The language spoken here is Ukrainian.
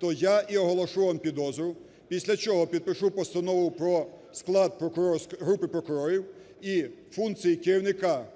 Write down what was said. то я і оголошу вам підозру, після чого підпишу постанову про склад групи прокурорів і функції керівника